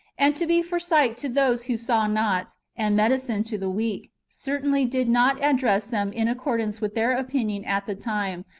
and to be for sight to those who saw not, and medicine to the weak, certainly did not address them in accordance with their opinion at the time,